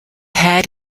had